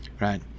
right